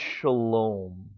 shalom